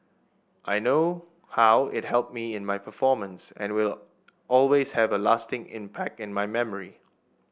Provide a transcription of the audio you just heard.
I know how it helped me in my performance and will always have a lasting impact in my memory